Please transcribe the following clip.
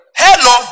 hello